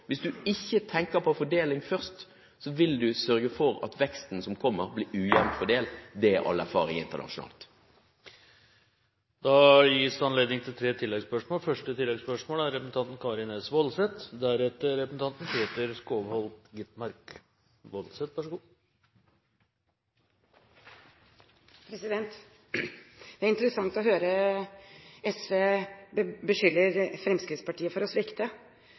Hvis man ikke tenker på fordeling først, vil man sørge for at veksten som kommer, blir ujevnt fordelt. Det viser all erfaring internasjonalt. Det gis anledning til tre oppfølgingsspørsmål – først Karin S. Woldseth. Det er interessant å høre SV beskylde Fremskrittspartiet for å svikte. Jeg for min del vil si at det er